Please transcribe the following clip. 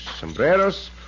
sombreros